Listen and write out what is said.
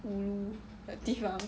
ulu 的地方